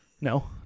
No